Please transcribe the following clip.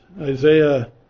Isaiah